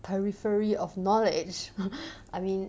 periphery of knowledge I mean